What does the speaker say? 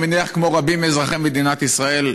אני מניח כמו רבים מאזרחי מדינת ישראל: